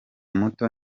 muto